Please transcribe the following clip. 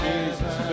Jesus